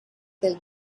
del